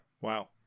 Wow